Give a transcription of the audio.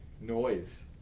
noise